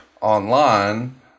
online